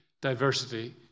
Diversity